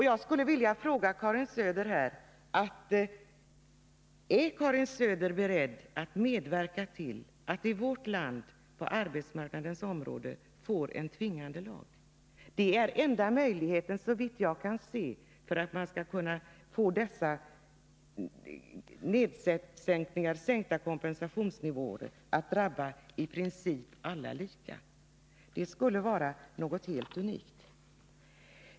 Jag skulle vilja fråga Karin Söder: Är Karin Söder beredd att medverka till att vi på arbetsmarknadens område i vårt land får en tvingande lag? Såvitt jag kan se är detta den enda möjligheten, om man skall få dessa sänkta kompensationsnivåer att i princip drabba alla lika. En tvingande lag skulle vara något helt unikt i vårt land.